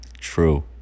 True